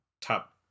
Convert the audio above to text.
top